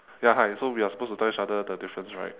ya hi so we are supposed to tell each other the difference right